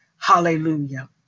Hallelujah